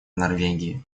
норвегии